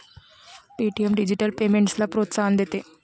Paytm digital पेमेंट्सला प्रोत्साहन देते